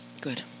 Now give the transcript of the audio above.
good